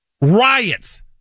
Riots